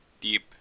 deep